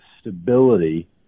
stability